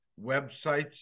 websites